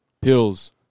pills